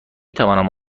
توانم